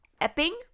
Epping